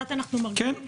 כן.